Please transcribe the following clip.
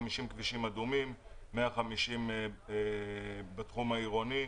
כבישים אדומים, 150 בתחום העירוני.